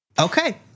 Okay